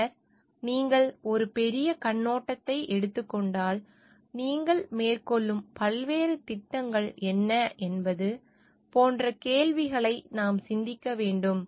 பின்னர் நீங்கள் ஒரு பெரிய கண்ணோட்டத்தை எடுத்துக் கொண்டால் நீங்கள் மேற்கொள்ளும் பல்வேறு திட்டங்கள் என்ன என்பது போன்ற கேள்விகளை நாம் சிந்திக்க வேண்டும்